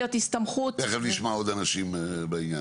תכף נשמע עוד אנשים בנושא.